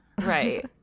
Right